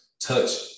touch